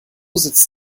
sitzt